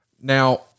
Now